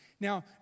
Now